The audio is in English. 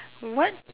what